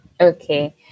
Okay